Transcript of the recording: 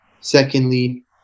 Secondly